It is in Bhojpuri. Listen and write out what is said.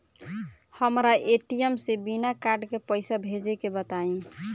हमरा ए.टी.एम से बिना कार्ड के पईसा भेजे के बताई?